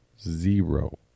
Zero